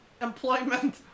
employment